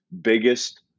biggest